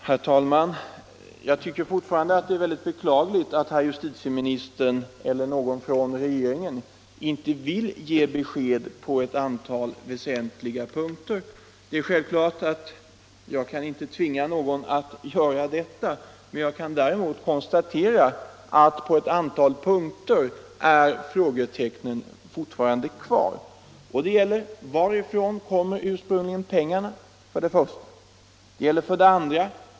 Herr talman! Jag finner det fortfarande väldigt beklagligt att herr justitieministern eller någon annan från regeringen inte vill ge besked på ett antal väsentliga punkter. Det är självklart att jag inte kan tvinga någon att göra detta, men jag kan däremot konstatera att på dessa punkter står frågetecknen kvar. Det gäller: 121 1. Varifrån kommer ursprungligen pengarna? 2.